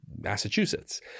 Massachusetts